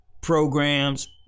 Programs